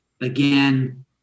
again